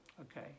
okay